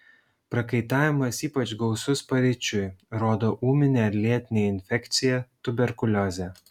prakaitavimas ypač gausus paryčiui rodo ūminę ar lėtinę infekciją tuberkuliozę